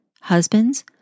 Husbands